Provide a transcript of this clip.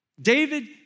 David